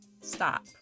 stop